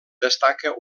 destaca